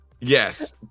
Yes